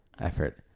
effort